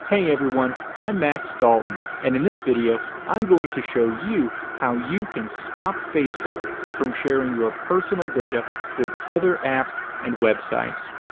hey everyone. i'm max dalton, and in this video i'm going to show you how you can stop facebook from sharing your personal data with other apps and websites.